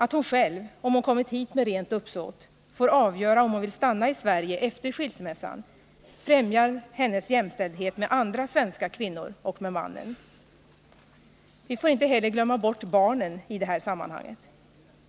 Att hon själv — om hon kommit hit med rent uppsåt — får avgöra om hon vill stanna i Sverige efter skilsmässan främjar hennes jämställdhet med andra svenska kvinnor och med mannen. Vi får heller inte glömma bort barnen i det här sammanhanget.